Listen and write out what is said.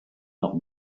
not